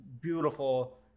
beautiful